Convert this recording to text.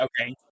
okay